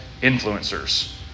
influencers